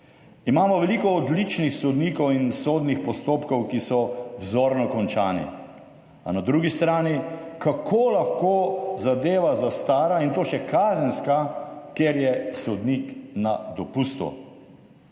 Imamo veliko odličnih sodnikov in sodnih postopkov, ki so vzorno končani. A na drugi strani, kako lahko zadeva zastara, in to še kazenska, ker je sodnik na dopustu?